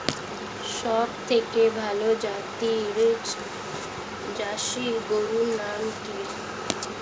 সবথেকে ভালো জাতের জার্সি গরুর নাম কি?